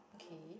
okay